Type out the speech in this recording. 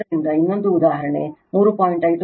ಆದ್ದರಿಂದ ಇನ್ನೊಂದು ಉದಾಹರಣೆ 3